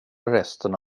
resten